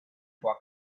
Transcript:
for